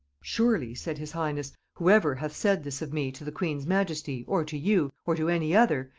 surely, said his highness, whoever hath said this of me to the queen's majesty, or to you, or to any other,